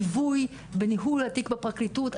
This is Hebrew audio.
ליווי בניהול התיק בפרקליטות,